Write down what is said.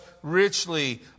Richly